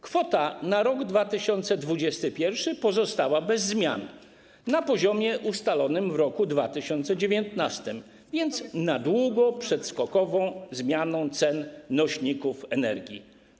Kwota na rok 2021 pozostała bez zmian, na poziomie ustalonym w roku 2019, więc na długo przed skokową zmianą cen nośników energii.